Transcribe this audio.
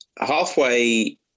Halfway